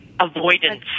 avoidance